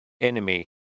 enemy